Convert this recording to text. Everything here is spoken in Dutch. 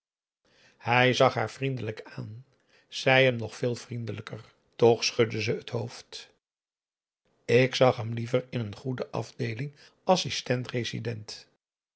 hij zag haar vriendelijk aan zij hem nog veel vriendelijker toch schudde ze het hoofd ik zag hem liever in een goede afdeeling